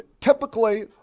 typically